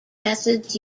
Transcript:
methods